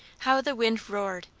how the wind roared!